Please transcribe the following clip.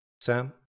Sam